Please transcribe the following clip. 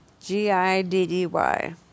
G-I-D-D-Y